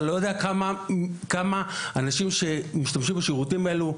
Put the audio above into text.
אתה לא יודע כמה אנשים שמשתמשים בשירותים האלה,